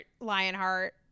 Lionheart